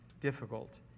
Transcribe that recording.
difficult